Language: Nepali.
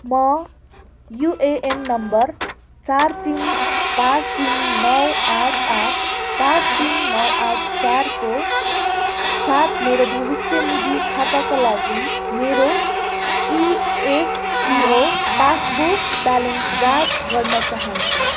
म युएएन नम्बर चार तिन पाँच तिन नौ आठ आठ पाँच तिन नौ आठ चारको साथ मेरो भविष्य निधि खाताका लागि मेरो इएफपिओ पासबुक ब्यालेन्स जाँच गर्न चाहन्छु